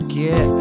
get